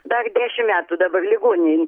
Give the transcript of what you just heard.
dar dešim metų dabar ligoninėj